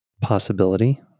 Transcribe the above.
possibility